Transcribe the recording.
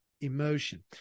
emotion